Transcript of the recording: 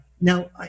now